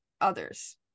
others